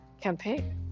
campaign